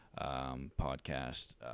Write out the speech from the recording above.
podcast